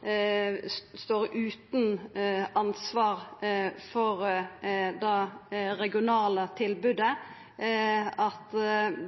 som står utan ansvar for det regionale tilbodet, at